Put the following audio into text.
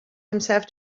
himself